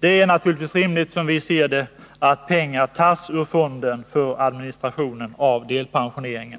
Det är naturligtvis, som vi ser det, rimligt att pengar tas ur fonden för adminstrationen av delpensionering